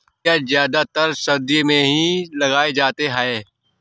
dahlia ज्यादातर सर्दियो मे ही लगाये जाते है